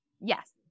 Yes